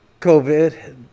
COVID